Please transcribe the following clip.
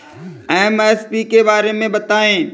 MSP के बारे में बतायें?